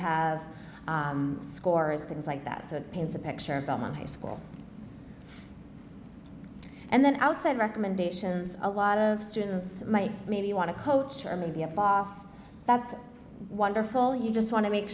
have scores things like that so it paints a picture of belmont high school and then outside recommendations a lot of students might maybe want to coach or maybe a boss that's wonderful you just want to make